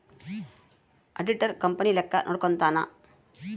auditor company ಲೆಕ್ಕ ನೋಡ್ಕಂತಾನ್